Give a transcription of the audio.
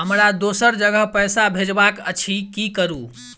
हमरा दोसर जगह पैसा भेजबाक अछि की करू?